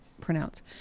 pronounce